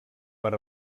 per